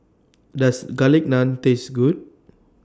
Does Garlic Naan Taste Good